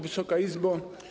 Wysoka Izbo!